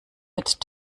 mit